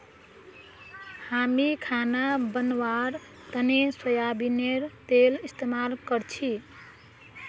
हामी खाना बनव्वार तने सोयाबीनेर तेल इस्तेमाल करछी